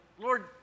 Lord